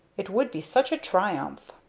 it would be such a triumph!